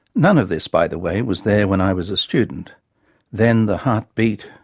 none of this, by the way, was there when i was a student then, the heart beat,